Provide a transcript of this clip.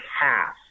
half